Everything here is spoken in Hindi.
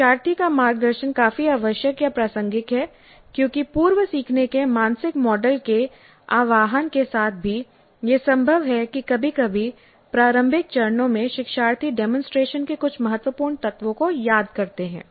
शिक्षार्थी का मार्गदर्शन काफी आवश्यक या प्रासंगिक है क्योंकि पूर्व सीखने के मानसिक मॉडल के आह्वान के साथ भी यह संभव है कि कभी कभी प्रारंभिक चरणों में शिक्षार्थी डेमोंसट्रेशन के कुछ महत्वपूर्ण तत्वों को याद करते हैं